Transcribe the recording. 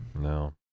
No